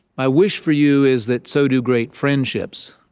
my wish for you is that so do great friendships.